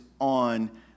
on